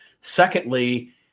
Secondly